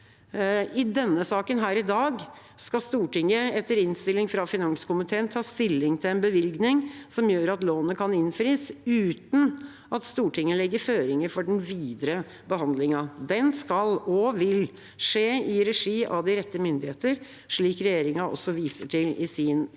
I denne saken her i dag skal Stortinget etter innstilling fra finanskomiteen ta stilling til en bevilgning som gjør at lånet kan innfris uten at Stortinget legger føringer for den videre behandlingen. Den skal og vil skje i regi av de rette myndigheter, slik regjeringa viser til i sin